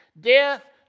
Death